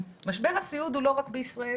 משבר הסיעוד הוא לא רק בישראל,